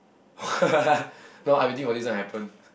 !wah! no I waiting for this one to happen